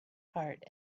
heart